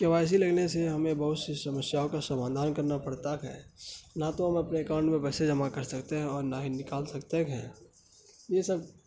کے Y C لگنے سے ہمیں بہت سی سمسیاؤں کا سمادھان کرنا پڑتا ہے نہ تو ہم اپنے اکاؤنٹ میں پیسے جمع کر سکتے ہیں اور نہ ہی نکال سکتے ہیں یہ سب